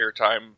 airtime